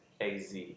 az